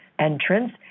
Entrance